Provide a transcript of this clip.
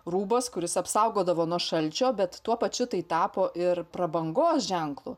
rūbas kuris apsaugodavo nuo šalčio bet tuo pačiu tai tapo ir prabangos ženklu